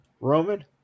Roman